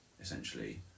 essentially